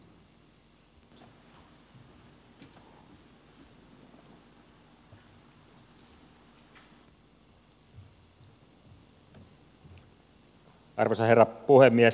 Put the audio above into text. arvoisa herra puhemies